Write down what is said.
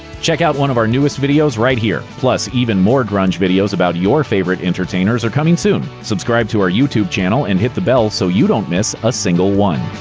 check out one of our newest videos right here! plus, even more grunge videos about your favorite entertainers are coming soon. subscribe to our youtube channel and hit the bell so you don't miss a single one.